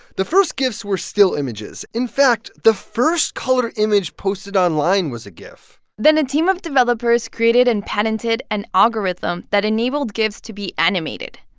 the first gifs were still images. in fact, the first color image posted online was a gif then a team of developers created and patented an algorithm that enabled gifs to be animated.